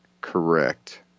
Correct